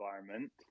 environment